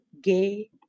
gay